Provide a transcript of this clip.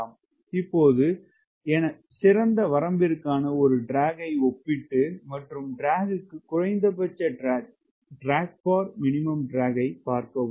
22 ஐப் பார்க்கவும் இப்போது எனவே சிறந்த வரம்பிற்கான ஒரு ட்ராக் ஐ ஒப்பிட்டு மற்றும் ட்ராக் க்கு குறைந்தபட்ச ட்ராக் பார்க்கவும்